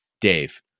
Dave